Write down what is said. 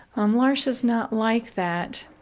um l'arche is not like that.